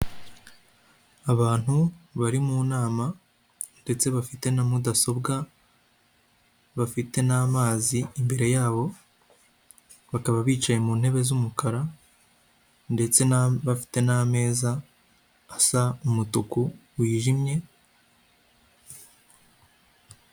Abantu bari mu nama ndetse bafite na mudasobwa,, bafite n'amazi imbere yabo bakaba bicaye mu ntebe z'umukara ndetse n'abafite n'ameza asa umutuku wijimye.